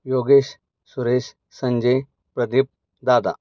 Yogesh Suresh Sanjay Pradeep Dada